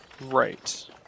Right